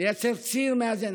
לייצר ציר מאזן.